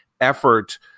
effort